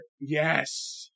Yes